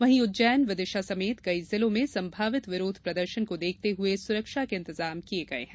वहीं उज्जैन विदिशा समेत कई जिलों में संभावित विरोध प्रदर्शन को देखते हुये सुरक्षा के इंतजाम किये गये हैं